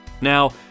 Now